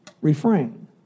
refrain